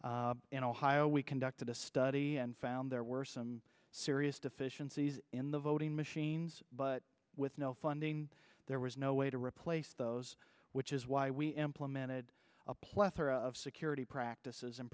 in ohio we conducted a study and found there were some serious deficiencies in the voting machines but with no funding there was no way to replace those which is why we implemented a plethora of security practices and